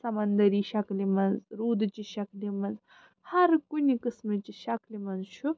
سَمندٔری شَکلہِ منٛز روٗدٕچہِ شَکلہِ منٛز ہر کُنہِ قسمٕچۍ شکلہِ منٛز چھُ